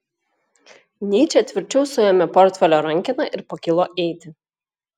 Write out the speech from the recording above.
nyčė tvirčiau suėmė portfelio rankeną ir pakilo eiti